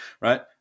right